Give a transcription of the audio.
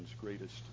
greatest